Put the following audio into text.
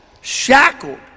shackled